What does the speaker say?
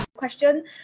question